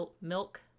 milk